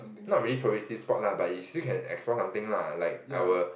not really touristy spot lah but you still can explore something lah like our